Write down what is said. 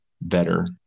better